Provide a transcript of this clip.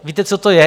Víte, co to je?